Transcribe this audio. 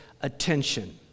attention